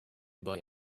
boy